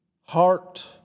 heart